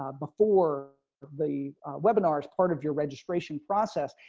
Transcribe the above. ah before the webinars part of your registration process.